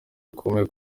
rukomeye